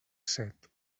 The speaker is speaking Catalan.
set